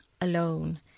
alone